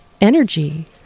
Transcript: energy